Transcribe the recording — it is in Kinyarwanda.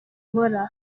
nkora